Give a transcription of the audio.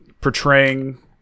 portraying